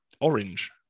orange